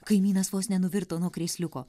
kaimynas vos nenuvirto nuo krėsliuko